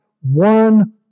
one